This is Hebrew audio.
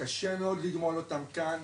קשה מאוד לגמול אותם כאן,